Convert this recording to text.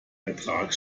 ertrag